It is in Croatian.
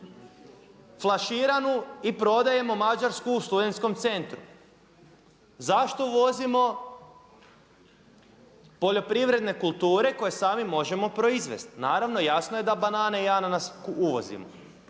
flaširanu i prodajemo mađarsku u studensku centru? Zašto uvozimo poljoprivredne kulture koje sami možemo proizvesti? Naravno jasno je da banane i ananas uvozimo,